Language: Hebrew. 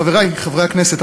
חברי חברי הכנסת,